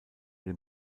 den